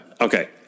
okay